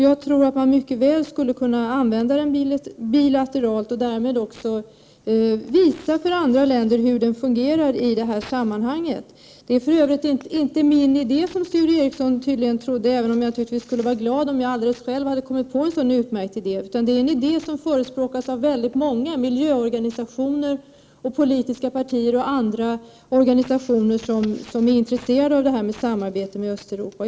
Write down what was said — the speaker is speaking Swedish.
Jag tror att man mycket väl kan använda den bilateralt och därmed visa för andra länder hur den fungerar i detta sammanhang. Det är faktiskt inte min egen idé, vilket Sture Ericson tydligen trodde, även om jag skulle vara glad om jag själv hade kommit på en sådan utmärkt idé. Det är en idé som förespråkas av många, miljöorganisationer, politiska partier och andra organisationer som är intresserade av ett samarbete med Östeuropa.